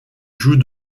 joue